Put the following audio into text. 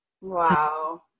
Wow